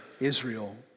Israel